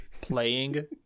playing